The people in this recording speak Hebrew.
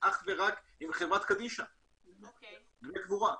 אך ורק עם חברת קדישא בענייני קבורה.